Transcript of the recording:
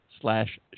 slash